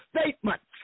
statements